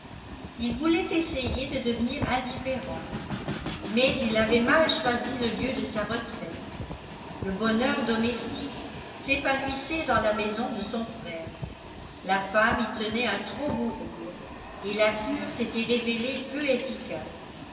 il voulait essayer de devenir indifférent mais il avait mal choisi le lieu de sa retraite le bonheur domestique s'épanouissait dans la maison de son frère la femme y tenait un trop beau rôle et la cure s'était révélée peu efficace